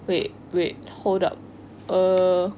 wait wait hold up